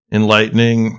enlightening